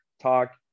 talk